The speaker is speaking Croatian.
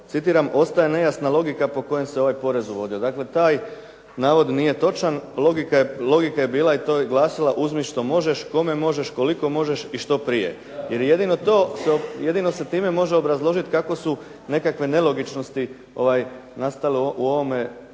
citiram „ostaje nejasna logika po kojoj se ovaj porez uvodio“. Dakle taj navod nije točan, logika je bila i glasila „Uzmi što možeš, kome možeš, koliko možeš i što prije“. Jedino se time može obrazložiti kako su nekakve nelogičnosti nastale u ovome